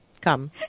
come